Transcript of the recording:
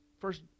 first